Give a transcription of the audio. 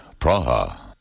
Praha